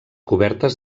cobertes